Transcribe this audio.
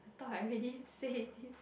thought I already say this